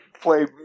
play